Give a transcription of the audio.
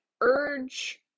urge